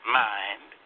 mind